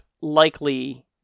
likely